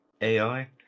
AI